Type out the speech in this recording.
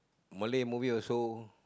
Malay movie also